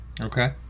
Okay